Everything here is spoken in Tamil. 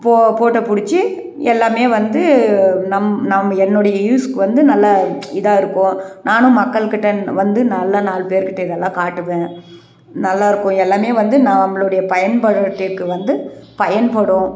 ஃபோட்டோ பிடிச்சு எல்லாமே வந்து நம் நம் என்னுடைய யூஸுக்கு வந்து நல்ல இதாக இருக்கும் நானும் மக்கள் கிட்டே வந்து நல்லா நாலு பேர் கிட்டே இதெல்லாம் காட்டுவேன் நல்லாயிருக்கும் எல்லாமே வந்து நம்மளுடைய பயன்பாட்டுக்கு வந்து பயன்படும்